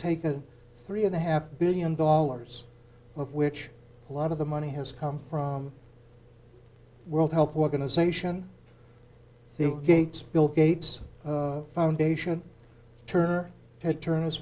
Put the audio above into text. taken three and a half billion dollars of which a lot of the money has come from world health organization the gates bill gates foundation turner ted turner's